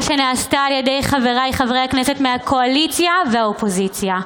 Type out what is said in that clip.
שנעשתה על ידי חבריי חברי הכנסת מהקואליציה ומהאופוזיציה.